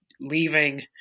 leaving